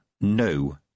No